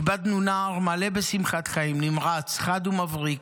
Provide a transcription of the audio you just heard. איבדנו נער מלא בשמחת חיים, נמרץ, חד ומבריק,